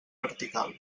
vertical